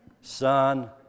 Son